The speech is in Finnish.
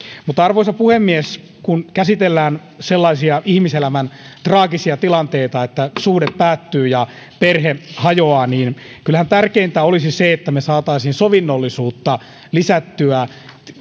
mutta arvoisa puhemies kun käsitellään sellaisia ihmiselämän traagisia tilanteita että suhde päättyy ja perhe hajoaa kyllähän tärkeintä olisi se että me saisimme sovinnollisuutta lisättyä